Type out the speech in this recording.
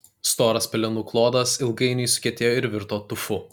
storas pelenų klodas ilgainiui sukietėjo ir virto tufu